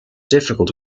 difficult